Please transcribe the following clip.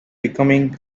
becoming